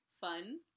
fun